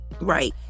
Right